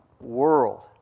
world